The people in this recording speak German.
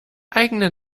eigene